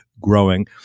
growing